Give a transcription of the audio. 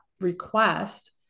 request